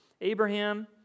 Abraham